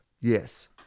Yes